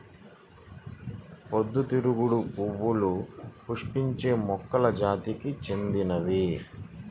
పొద్దుతిరుగుడు పువ్వులు పుష్పించే మొక్కల జాతికి చెందినవి